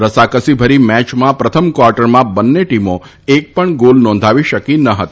રસાકસીભરી મેયમાં પ્રથમ ક્વાર્ટરમાં બંને ટીમો એક પણ ગોલ નોંધાવી શકી ન હતી